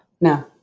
No